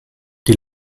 die